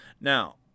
Now